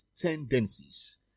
tendencies